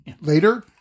later